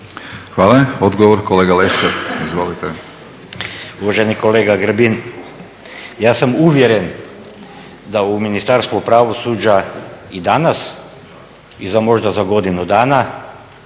laburisti - Stranka rada)** Uvaženi kolega Grbin, ja sam uvjeren da u Ministarstvu pravosuđa i danas i za možda i za godinu dana